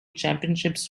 championships